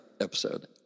episode